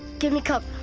give me cover,